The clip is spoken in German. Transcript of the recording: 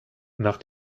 nach